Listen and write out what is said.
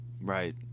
Right